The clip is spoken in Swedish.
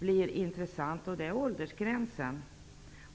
och intressant: åldersgränsen.